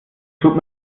tut